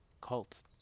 cults